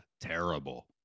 terrible